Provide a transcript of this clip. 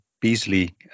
Beasley